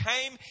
came